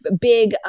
big